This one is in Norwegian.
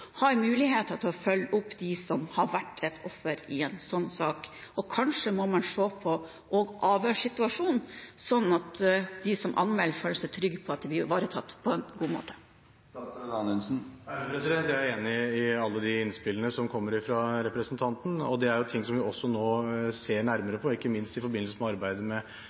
har en mulighet til å følge opp dem som har vært offer i en sånn sak. Kanskje må man også se på avhørssituasjonen, sånn at de som anmelder, føler seg trygge på at de blir ivaretatt på en god måte. Jeg er enig i alle de innspillene som kommer fra representanten. Det er ting som vi nå ser nærmere på, ikke minst i forbindelse med arbeidet